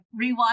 rewatch